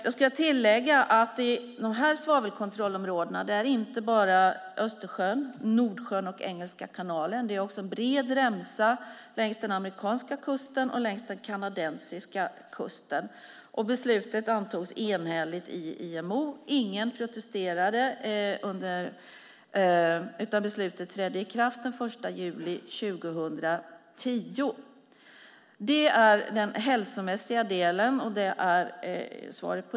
Jag ska tillägga att svavelkontrollområdena omfattar inte bara Östersjön, Nordsjön och Engelska kanalen utan också en bred remsa längs den amerikanska och den kanadensiska kusten. Beslutet fattades enhälligt i IMO. Ingen protesterade, utan beslutet trädde i kraft den 1 juli 2010. Det är svaret i den hälsomässiga delen.